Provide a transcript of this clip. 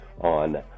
on